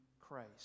Christ